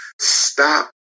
Stop